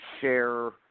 share –